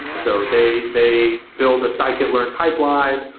so, they they build a scikit-learn pipeline,